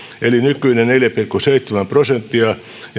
eli nykyinen neljä pilkku seitsemän prosenttia ja